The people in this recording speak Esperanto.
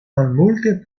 malmulte